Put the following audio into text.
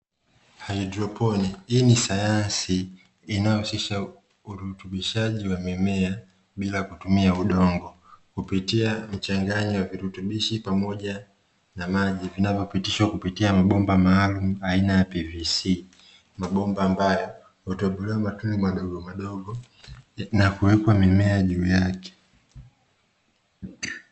Haidroponi hii ni sayansi inayohusisha urutubishaji wa mimea bila kutumia udongo kupitia mchanganyo wa virutubishi pamoja na maji vinavyopitishwa kupitia mabomba maalumu aina ya PVC, mabomba ambayo hutobolewa matundu madogo madogo na kuwekwa mimea juu yake.